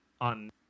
on